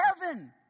Heaven